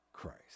Christ